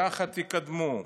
"יחד יקדמו".